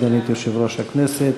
סגנית יושב-ראש הכנסת.